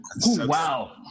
Wow